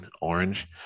Orange